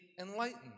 enlightened